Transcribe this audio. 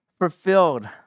fulfilled